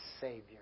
Savior